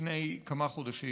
לפני כמה חודשים,